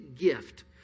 gift